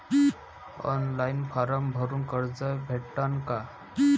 Online form भरून कर्ज भेटन का?